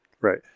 Right